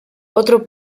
otro